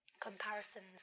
comparisons